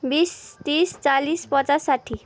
बिस तिस चालिस पचास साठी